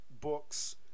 books